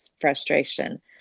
frustration